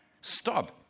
stop